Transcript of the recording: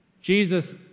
Jesus